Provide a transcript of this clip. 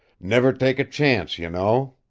never take a chance, you know.